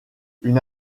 une